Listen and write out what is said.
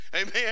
Amen